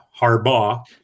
Harbaugh